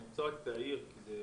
אני רוצה להעיר לגבי